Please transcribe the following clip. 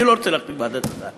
אני לא רוצה להכתיב לוועדה את הסל.